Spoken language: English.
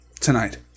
tonight